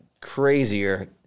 crazier